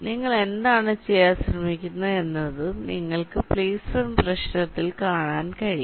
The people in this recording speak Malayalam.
നിങ്ങൾ എന്താണ് ചെയ്യാൻ ശ്രമിക്കുന്നത് എന്നത് നിങ്ങൾക് പ്ലേസ്മെന്റ് പ്രശ്നത്തിൽ കാണാൻ കഴിയും